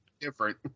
different